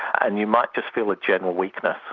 and you might just feel a general weakness.